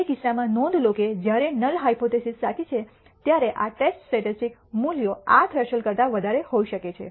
જે કિસ્સામાં નોંધ લો કે જ્યારે નલ હાયપોથીસિ સાચી છે ત્યારે આ ટેસ્ટ સ્ટેટિસ્ટિક્સ મૂલ્યો આ થ્રેશોલ્ડ કરતા વધારે હોઈ શકે છે